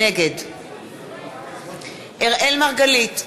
נגד אראל מרגלית,